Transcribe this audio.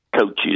coaches